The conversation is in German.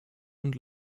und